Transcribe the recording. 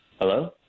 Hello